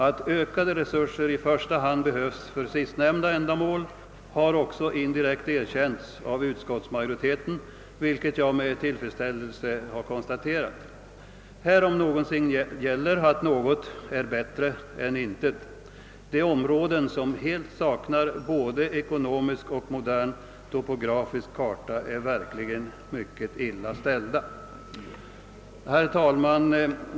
Att ökade resurser i första hand behövs för sistnämnda ändamål har också indirekt erkänts av utskottsmajoriteten, vilket jag konstaterat med tillfredsställelse. Här om någonsin gäller att något är bättre än intet. De områden som helt saknar både ekonomisk och modern topografisk karta är verkligen mycket illa ställda. Herr talman!